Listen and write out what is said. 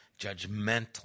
judgmental